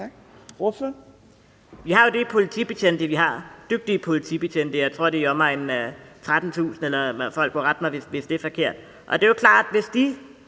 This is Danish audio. Vi har jo de politibetjente, vi har – dygtige politibetjente. Jeg tror, det er i omegnen af 13.000, og folk må rette mig, hvis det er forkert. Det er jo klart, at hvis de